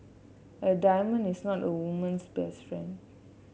a diamond is not a woman's best friend